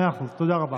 מאה אחוז, תודה רבה.